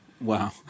Wow